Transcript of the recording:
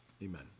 Amen